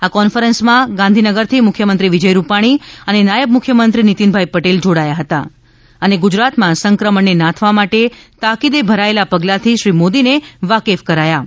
આ કોન્ફરન્સમાં ગાંધીનગરથી મુખ્યમંત્રી વિજય રૂપાણી અને નાયબ મુખ્યમંત્રી નિતિનભાઈ પટેલ જોડાયા હતા અને ગુજરાતમાં સંક્રમણને નાથવા માટે તાકીદે ભરાયેલા પગલાથી શ્રી મોદીને વાકેફ કર્યા હતા